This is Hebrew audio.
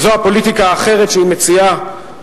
אם זו הפוליטיקה האחרת שהיא מציעה,